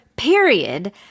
Period